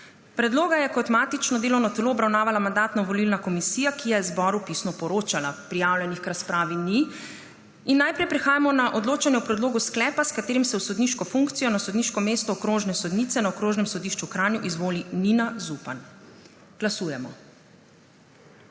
Predloga je kot matično delovno telo obravnavala Mandatno-volilna komisija, ki je zboru pisno poročala. Prijavljenih k razpravi ni. Najprej prehajamo na odločanje o predlogu sklepa, s katerim se v sodniško funkcijo na sodniško mesto okrožne sodnice na Okrožnem sodišču v Ljubljani izvoli Mojca Mlinarič. Glasujemo.